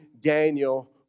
Daniel